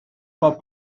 for